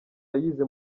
yayize